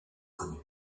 connu